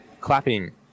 clapping